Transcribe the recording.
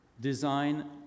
design